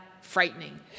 frightening